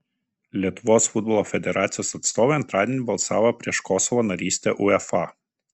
lietuvos futbolo federacijos atstovai antradienį balsavo prieš kosovo narystę uefa